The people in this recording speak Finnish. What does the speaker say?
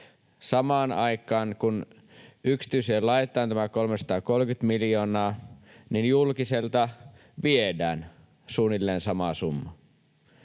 samaan aikaan, kun yksityiseen laitetaan tämä 330 miljoonaa, julkiselta viedään suunnilleen sama summa.